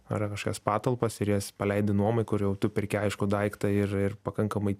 ar kažkokias patalpas ir jas paleidi nuomai kur jau tu perki aišku daiktą ir ir pakankamai